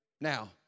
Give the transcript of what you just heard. Now